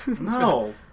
No